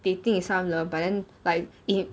they think it's some love but then like it